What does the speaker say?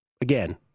again